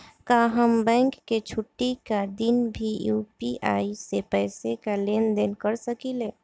का हम बैंक के छुट्टी का दिन भी यू.पी.आई से पैसे का लेनदेन कर सकीले?